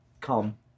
Come